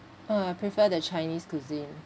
uh I prefer the chinese cuisine